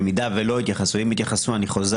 במידה ולא התייחסו אם יתייחסו אני חוזר